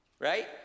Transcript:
right